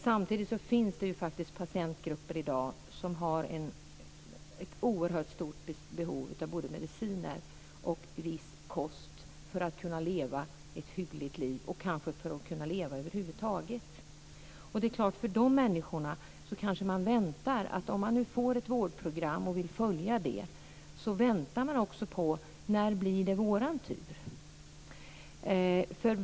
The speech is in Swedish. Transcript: Samtidigt finns det ju patientgrupper i dag som har ett oerhört stort behov av både mediciner och viss kost för att kunna leva ett hyggligt liv, kanske för att kunna leva över huvud taget. När man nu får ett vårdprogram och vill följa det kanske man undrar: När blir det vår tur?